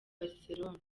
barcelona